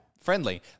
friendly